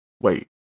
Wait